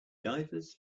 divers